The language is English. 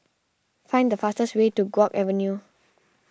find the fastest way to Guok Avenue